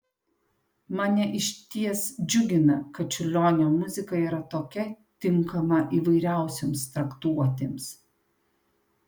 mane išties džiugina kad čiurlionio muzika yra tokia tinkama įvairiausioms traktuotėms